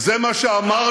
זה מה שאמרנו?